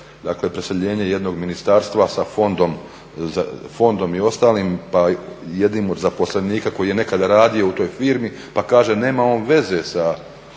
dakle preseljenje jednog ministarstva sa fondom i ostalim, pa jednim od zaposlenika koji je nekada radio u toj firmi. Pa kaže nema on veze sa